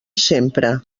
sempre